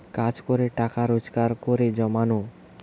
কাজ করে টাকা রোজগার করে জমানো